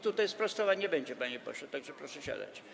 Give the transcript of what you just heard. Tutaj sprostowań nie będzie, panie pośle, tak że proszę siadać.